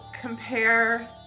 compare